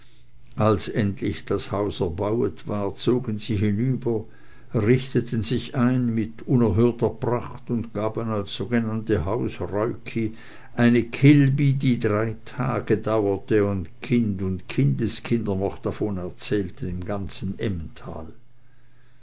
als endlich das haus erbauet war zogen sie hinüber richteten sich ein mit unerhörter pracht und gaben als sogenannte hausräuki eine kilbi die drei tage lang dauerte und kind und kindeskinder noch davon erzählten im ganzen emmental